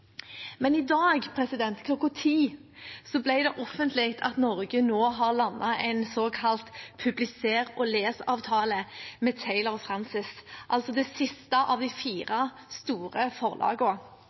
Men i dag kl. 10 ble det offentlig at Norge har landet en såkalt publiser-og-les-avtale med Taylor & Francis, det siste av de fire